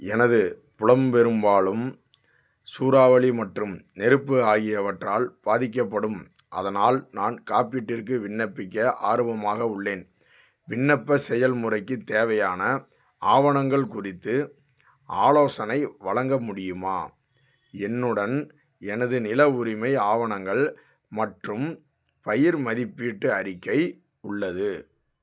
எனது புலம்பெறும் வாளும் சூறாவளி மற்றும் நெருப்பு ஆகியவற்றால் பாதிக்கப்படும் அதனால் நான் காப்பீட்டிற்கு விண்ணப்பிக்க ஆர்வமாக உள்ளேன் விண்ணப்ப செயல்முறைக்கு தேவையான ஆவணங்கள் குறித்து ஆலோசனை வழங்க முடியுமா என்னுடன் எனது நில உரிமை ஆவணங்கள் மற்றும் பயிர் மதிப்பீட்டு அறிக்கை உள்ளது